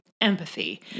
empathy